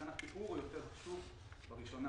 לכן, הסיווג יותר חשוב בראשונה.